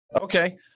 Okay